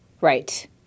Right